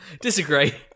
Disagree